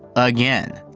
again!